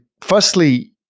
firstly